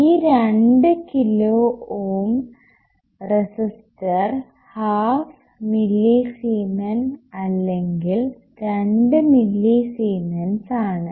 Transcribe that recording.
ഈ 2 kilo ohm resistor half millisiemens അല്ലെങ്കിൽ 2 millisiemens ആണ്